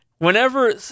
Whenever